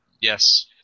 Yes